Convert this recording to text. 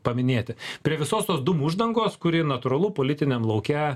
paminėti prie visos tos dūmų uždangos kuri natūralu politiniam lauke